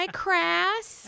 crass